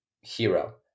hero